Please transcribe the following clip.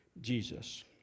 Jesus